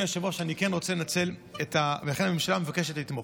על כן הממשלה מבקשת לתמוך.